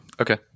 okay